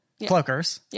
cloakers